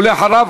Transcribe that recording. ואחריו,